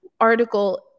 article